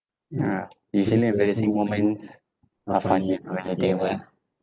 ya usually embarrassing moments not funny ah when I think of ah